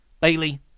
Bailey